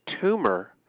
tumor